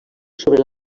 sobre